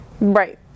Right